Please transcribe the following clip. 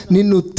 Ninu